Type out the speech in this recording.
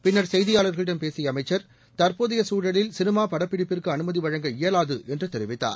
பின்னா் செய்தியாளர்களிடம் பேசிய அமைச்சா் தற்போதைய சூழலில் சினிமா படப்பிடிப்புக்கு அனுமதி வழங்க இயலாது என்று தெரிவித்தார்